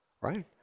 right